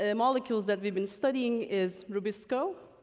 ah molecules that we've been studying is rubisco.